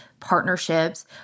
partnerships